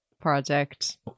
project